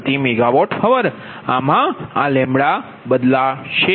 8RsMWhrઆમાં આ બદલાશે